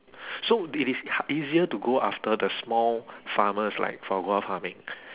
so it is ha~ easier to go after the small farmers like foie gras farming